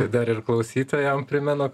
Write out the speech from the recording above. ir dar ir klausytojam primenu